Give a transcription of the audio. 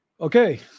Okay